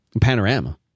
Panorama